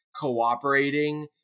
cooperating